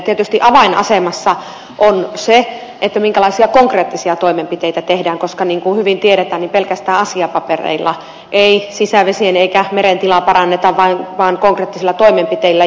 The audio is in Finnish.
tietysti avainasemassa on se minkälaisia konkreettisia toimenpiteitä tehdään koska niin kuin hyvin tiedetään pelkästään asiapapereilla ei sisävesien eikä meren tilaa paranneta vaan konkreettisilla toimenpiteillä